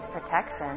protection